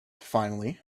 finally